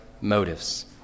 motives